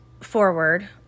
forward